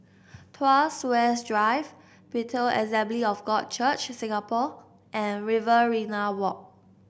Tuas West Drive Bethel Assembly of God Church Singapore and Riverina Walk